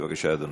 בבקשה, אדוני.